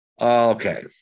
Okay